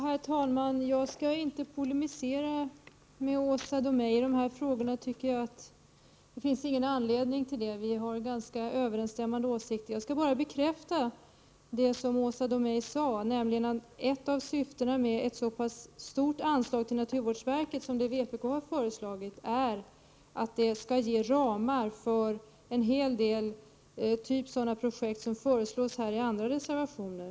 Herr talman! Jag skall inte polemisera med Åsa Domeij. I dessa frågor tycker jag inte att det finns anledning till det. Vi har ganska överensstämmande åsikter. Jag skall bara bekräfta det som Åsa Domeij sade, nämligen att ett av syftena med ett så pass stort anslag till naturvårdsverket som det vpk har föreslagit är, att det skall ge ramar för en hel del projekt av den typ som föreslås i andra reservationer.